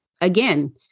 again